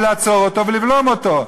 ולעצור אותו ולבלום אותו.